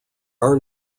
are